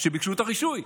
שביקשו את הרישוי.